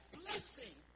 blessing